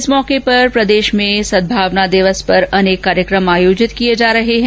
इस मौके पर प्रदेशभर में सद्भावना दिवस पर अनेक कार्यक्रम आयोजित किए जाँ रहे हैं